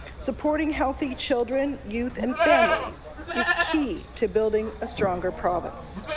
supporting healthy children, youth and families is key to building a stronger province.